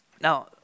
Now